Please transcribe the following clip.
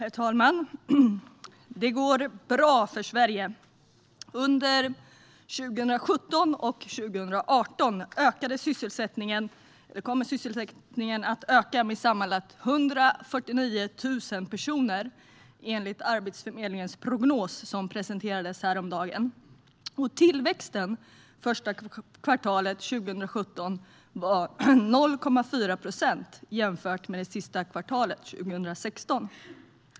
Herr talman! Det går bra för Sverige. Under 2017 och 2018 kommer sysselsättningen att öka med sammanlagt 149 000 personer, enligt Arbetsförmedlingens prognos som presenterades häromdagen. Tillväxten första kvartalet 2017 var 0,4 procent jämfört med sista kvartalet 2016.